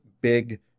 big